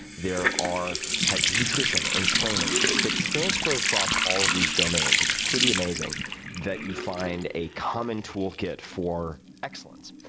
there are types of nutrition and training that transfer across all of these domains. it's pretty amazing that you find a common tool kit for excellence.